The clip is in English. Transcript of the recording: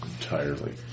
entirely